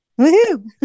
Woohoo